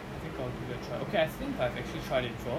I think I will give it a try okay I think I've actually tried it before